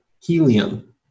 helium